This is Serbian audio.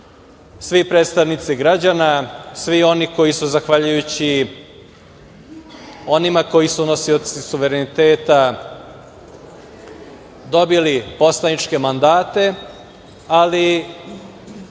svi predstavnici građana, svi oni koji su zahvaljujući onima koji su nosioci suvereniteta dobili poslaničke mandate, ali